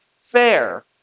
fair